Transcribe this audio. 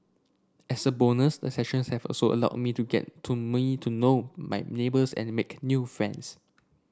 as a bonus the sessions have also allowed me to get to me to know my neighbours and make a new friends